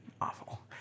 Awful